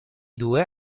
due